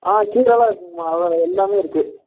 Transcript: ஆ கீரெல்லாம் இருக்குங்கம்மா அதெல்லாம் எல்லாமே இருக்கு